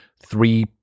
three